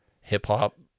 hip-hop